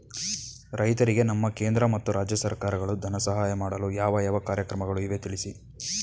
ರೈತರಿಗೆ ನಮ್ಮ ಕೇಂದ್ರ ಮತ್ತು ರಾಜ್ಯ ಸರ್ಕಾರಗಳು ಧನ ಸಹಾಯ ಮಾಡಲು ಯಾವ ಯಾವ ಕಾರ್ಯಕ್ರಮಗಳು ಇವೆ ತಿಳಿಸಿ?